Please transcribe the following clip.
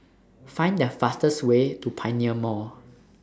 Find The fastest Way to Pioneer Mall